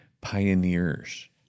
pioneers